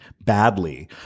badly